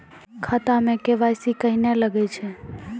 खाता मे के.वाई.सी कहिने लगय छै?